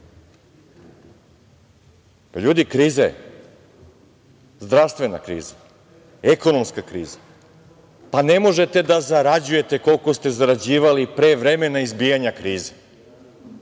kriza je, zdravstvena kriza, ekonomska kriza. Pa, ne možete da zarađujete koliko ste zarađivali pre vremena izbijanja krize.